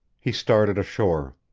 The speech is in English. he started ashore.